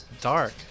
dark